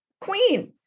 queen